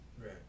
Right